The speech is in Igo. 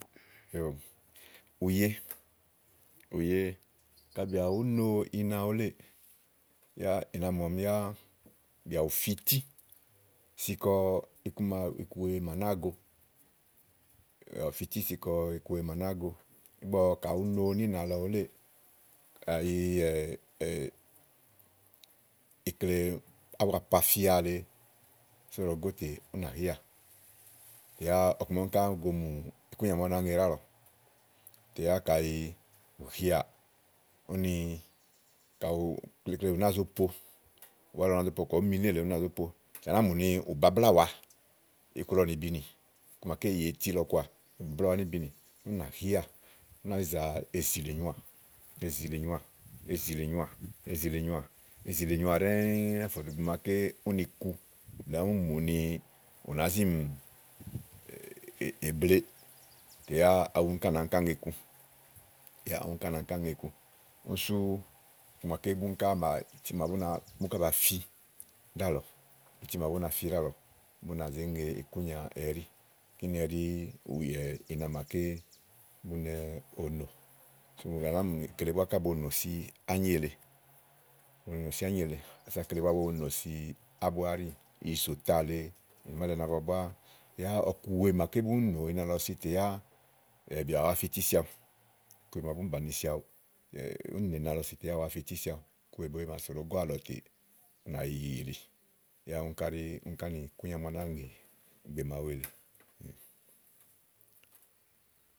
ùye, ùye. kayi bìà bùú no ina wúléè. Yá ìna mù ɔmi yá bìà bù fi itì sikɔ iku wèe màa nàáa go. Ígbɔ kayi ùú no níìna lɔ wúléè, kayi ábua poafafia le èe so ɖòo gò tè ú nà níà. Yá ɔku màa úni ká go mù ikúnyà màa ú nàá ŋe ɖíàlɔ. Yá kayi ùnià, klekle ù náa zo po. Úwà lɔ nàáa zo po. Kayi ùú mi nélèe, ú nàáa zo po. Á nàáa mù babláà wa iku lɔ nìbinì iku màaké yè itì lɔ kɔà nìbinì ù nà hià ú nàá yì za ezìli nyoà èzìlìnyoà, ezìlìnyoà ɖɛ̀ɛ̀ fò dò ìgbè màa úni ku, blɛ̀ɛ ìgbè màa úni mù ù nàá zi mì èbleè. Yà aɖu úni ká nàá áŋká nàá ŋe iku, úni sú ití màa úni kà nafi ɖíàlɔ, úni ú nà zé ŋeiku ɛɖí. Kíni ɖí ina màa ùye ká no nò. Á nàá mù ni kele búá bonò úɖì èle, kele búá ábua áɖì, ìti íɖì, ìzòta lèe ɔku wèe, úni ɔku wèe màa búni nò ina lɔ si yá bìà bù wàá fi ití si awu, bù wàá ɖí búni si awu. Úni iku wèe màa sò ɖo go tè ú nàá yi yili yá kíni ɖí, kíni ɖí búni ká áni.